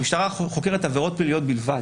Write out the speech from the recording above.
המשטרה חוקרת עבירות פליליות בלבד,